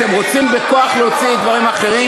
אתם רוצים בכוח להוציא דברים אחרים?